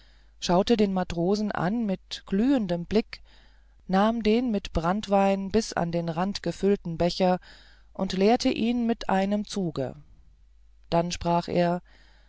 schaute den matrosen an mit glühendem blick nahm den mit branntwein bis an den rand gefüllten becher und leerte ihn mit einem zuge dann sprach er